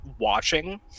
watching